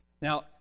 Now